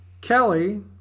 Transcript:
Kelly